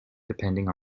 depending